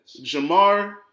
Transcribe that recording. Jamar